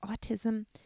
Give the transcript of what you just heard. autism